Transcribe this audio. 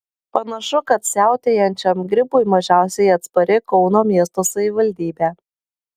panašu kad siautėjančiam gripui mažiausiai atspari kauno miesto savivaldybė